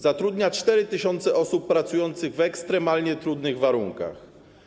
Zatrudnia 4 tys. osób pracujących w ekstremalnie trudnych warunkach.